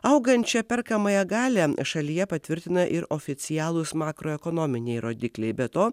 augančią perkamąją galią šalyje patvirtina ir oficialūs makroekonominiai rodikliai be to